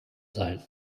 sein